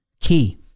key